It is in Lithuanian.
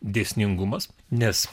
dėsningumas nes